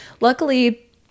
Luckily